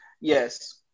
Yes